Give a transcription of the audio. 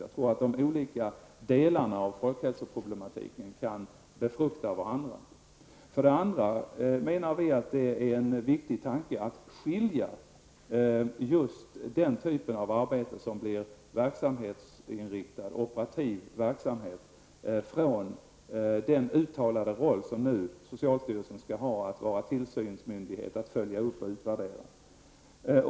Jag tror att de olika delarna av folkhälsoproblemen kan befrukta varandra. För det andra menar vi att det är en viktig tanke att skilja just den typen av arbete som blir verksamhetsinriktad, operativ verksamhet, från den uttalade roll som nu socialstyrelsen skall ha att vara tillsynsmyndighet och följa upp och utvärdera.